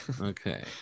Okay